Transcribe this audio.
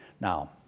Now